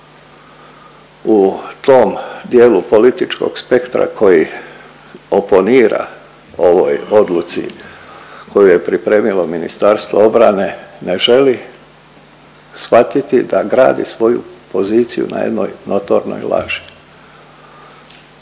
u tom dijelu političkog spektra koji oponira ovoj odluci koju je pripremilo Ministarstvo obrane ne želi svatiti da gradi svoju poziciju na jednoj notornoj laži.